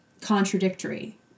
contradictory